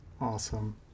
Awesome